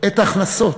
את ההכנסות.